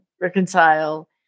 reconcile